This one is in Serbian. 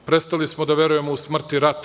Prestali smo da verujemo u smrt i rat.